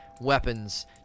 weapons